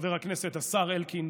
חבר הכנסת השר אלקין,